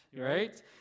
right